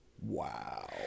Wow